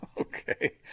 Okay